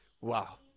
Wow